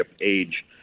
age